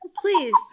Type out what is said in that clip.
Please